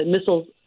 missiles